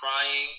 crying